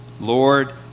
Lord